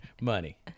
Money